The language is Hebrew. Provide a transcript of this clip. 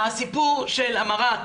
הסיפור של המרת